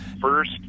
First